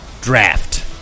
draft